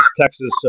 Texas